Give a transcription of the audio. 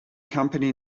company